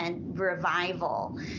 revival